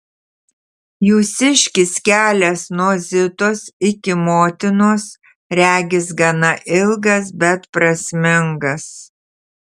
jūsiškis kelias nuo zitos iki motinos regis gana ilgas bet prasmingas